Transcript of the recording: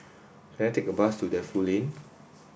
can I take a bus to Defu Lane